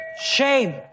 Shame